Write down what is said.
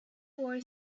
boy